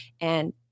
and-